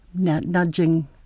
nudging